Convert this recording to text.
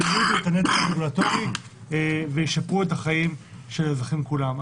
יורידו את הנטל הרגולטורי וישפרו את החיים של האזרחים כולם.